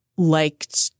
Liked